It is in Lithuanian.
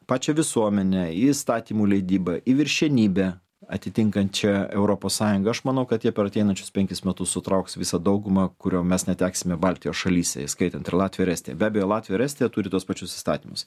pačią visuomenę į įstatymų leidybą į viršenybę atitinkančią europos sąjungą aš manau kad jie per ateinančius penkis metus sutrauks visą daugumą kurio mes neteksime baltijos šalyse įskaitant ir latviją ir estiją be abejo latvija ir estija turi tuos pačius įstatymus